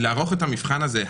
לערוך את המבחן הזה,